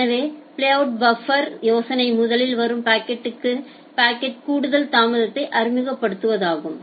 எனவே பிளேஅவுட் பஃப்பரின் யோசனை முதலில் வரும் பாக்கெட்களுக்கு கூடுதல் தாமதத்தை அறிமுகப்படுத்துவதாகும்